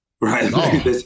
Right